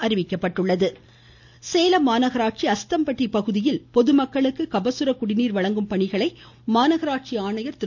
Covid மாவட்டம் சேலம் மாநகராட்சி அஸ்தம்பட்டி பகுதியில் பொதுமக்களுக்கு கபசுர குடிநீர் வழங்கும் பணியை மாநகராட்சி ஆணையர் திரு